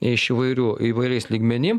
iš įvairių įvairiais lygmenim